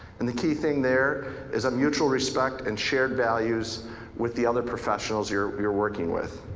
and the key thing there is a mutual respect and shared values with the other professionals you're you're working with.